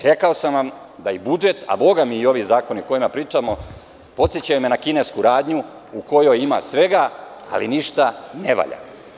Rekao sam vam da i budžet, a Bogami, i ovi zakoni o kojima pričamo me podsećaju na kinesku radnju u kojoj ima svega, ali ništa ne valja.